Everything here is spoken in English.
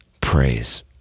praise